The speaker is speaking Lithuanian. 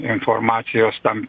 informacijos tam